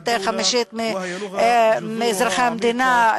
ושפת חמישית מאזרחי המדינה,